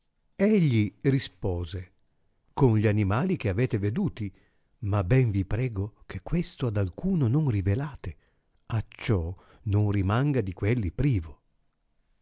egli rispose con gli animali che avete veduti ma ben vi prego che questo ad alcuno non rivelate acciò non rimanga di quelli privo